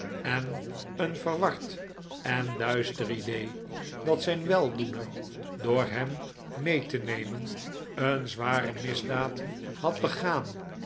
en een verward en duister idee dat zijn weldoener door hem mee te nemen een zware misdaad had begaan